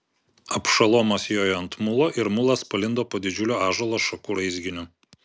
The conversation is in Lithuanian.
abšalomas jojo ant mulo ir mulas palindo po didžiulio ąžuolo šakų raizginiu